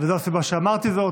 וזאת הסיבה שאמרתי זאת,